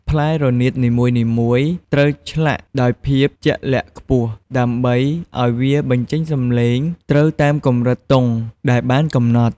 ផ្លែរនាតនីមួយៗត្រូវឆ្លាក់ដោយភាពជាក់លាក់ខ្ពស់ ដើម្បីឲ្យវាបញ្ចេញសម្លេងត្រូវតាមកម្រិតតុងដែលបានកំណត់។